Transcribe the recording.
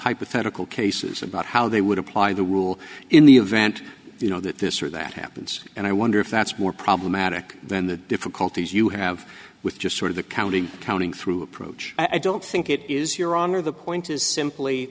hypothetical cases about how they would apply the rule in the event you know that this or that happens and i wonder if that's more problematic than the difficulties you have with just sort of the county counting through approach i don't think it is your honor the point is simply